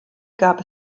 gab